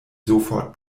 sofort